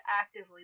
actively